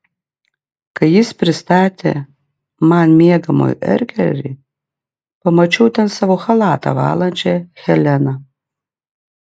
kai jis pristatė man miegamojo erkerį pamačiau ten savo chalatą valančią heleną